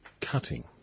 cutting